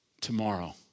Tomorrow